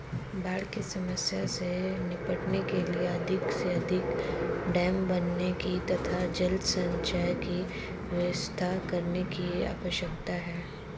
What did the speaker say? बाढ़ की समस्या से निपटने के लिए अधिक से अधिक डेम बनाने की तथा जल संचय की व्यवस्था करने की आवश्यकता है